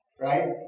Right